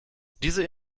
diese